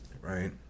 right